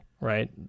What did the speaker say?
right